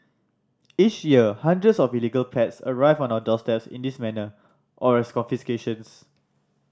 each year hundreds of illegal pets arrive at our doorsteps in this manner or as confiscations